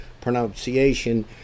pronunciation